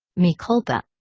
mea culpa.